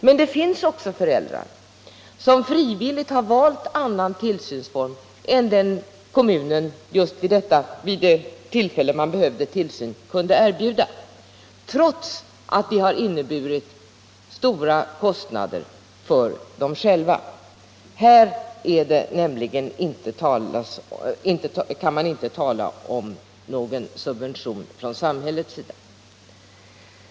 Men det finns också föräldrar som frivilligt har valt annan tillsynsform än den kommunen vid just det tillfälle då man behövde tillsyn kunde erbjuda — trots att det har inneburit stora kostnader för dem själva. Här kan man nämligen inte tala om någon subvention från samhällets sida.